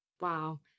Wow